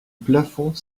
plafond